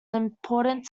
important